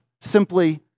Simply